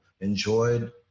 enjoyed